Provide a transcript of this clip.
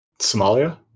Somalia